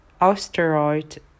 asteroid